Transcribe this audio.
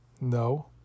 No